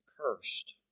cursed